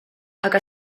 aga